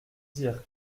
dire